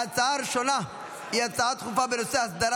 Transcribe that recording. ההצעה הראשונה היא הצעה דחופה בנושא: הסדרת